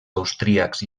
austríacs